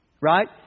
right